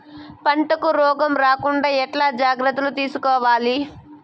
పంటకు రోగం రాకుండా ఎట్లా జాగ్రత్తలు తీసుకోవాలి?